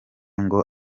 ngo